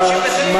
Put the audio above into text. מה